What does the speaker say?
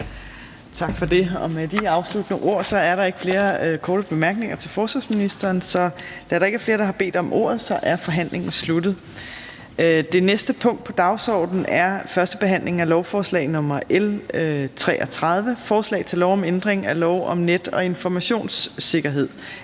Tak for det. Med de afsluttende ord er der ikke flere korte bemærkninger til forsvarsministeren. Da der ikke er flere, der har bedt om ordet, er forhandlingen sluttet. --- Det næste punkt på dagsordenen er: 12) 1. behandling af lovforslag nr. L 33: Forslag til lov om ændring af lov om net- og informationssikkerhed.